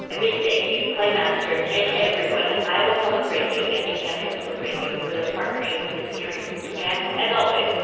a big thank you to clay masters and everyone at iowa public radio and new hampshire public radio for their partnership in this series. and as always,